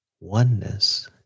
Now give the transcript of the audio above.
Oneness